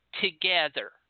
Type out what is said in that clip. together